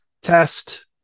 Test